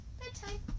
Bedtime